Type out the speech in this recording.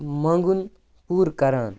مَنگُن پورٕ کَران